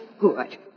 Good